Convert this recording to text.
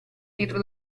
dietro